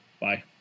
bye